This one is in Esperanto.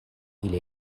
ili